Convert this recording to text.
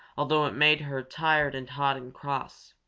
although it made her tired and hot and cross.